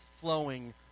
flowing